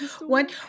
one